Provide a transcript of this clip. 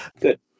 good